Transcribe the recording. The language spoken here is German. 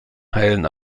heilen